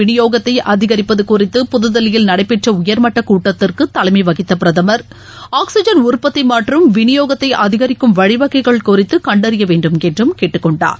வினியோகத்தைஅதிகரிப்பதுகுறித்து நாட்டில் ஆக்ஸிஐன் புதுதில்லியில் நடைபெற்றஉயர்மட்டகூட்டத்திற்குதலைமைவகித்தபிரதமர் ஆக்ஸிஐன் உற்பத்திமற்றும் விளியோகத்தைஅதிகரிக்கும் வழிவகைகள் குறித்துகண்டறியவேண்டும் என்றுகேட்டுக்கொண்டார்